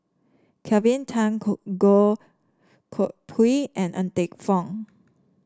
Kelvin Tan Goh Koh Pui and Ng Teng Fong